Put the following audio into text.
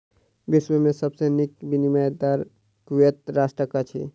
विश्व में सब सॅ नीक विनिमय दर कुवैत राष्ट्रक अछि